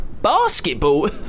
Basketball